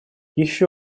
еще